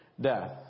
death